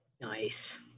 Nice